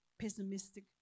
pessimistic